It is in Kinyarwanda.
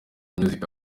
music